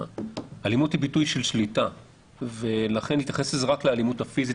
האלימות היא ביטוי של שליטה ולכן להתייחס רק לאלימות הפיזית,